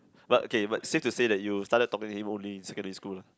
but okay but save to say that you start talked to him only in secondary school lah